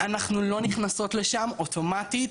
אנחנו לא נכנסות לשם אוטומטית,